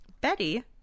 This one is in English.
Betty